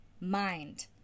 Mind